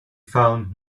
found